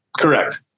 Correct